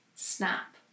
Snap